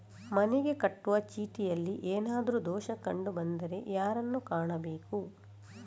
ಮನೆಗೆ ಕಟ್ಟುವ ಚೀಟಿಯಲ್ಲಿ ಏನಾದ್ರು ದೋಷ ಕಂಡು ಬಂದರೆ ಯಾರನ್ನು ಕಾಣಬೇಕು?